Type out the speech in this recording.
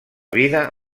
vida